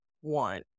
one